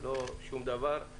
ולא שום דבר.